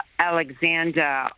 Alexander